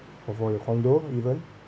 for for your condo even